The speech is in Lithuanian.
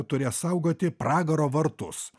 turės saugoti pragaro vartus